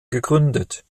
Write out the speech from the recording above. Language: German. gegründet